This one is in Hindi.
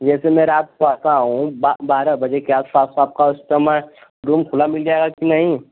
जैसे मैं रात को आता हूँ बा बारह बजे के आसपास आपका उस समय रूम खुला मिल जाएगा की नहीं